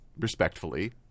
respectfully